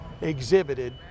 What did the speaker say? exhibited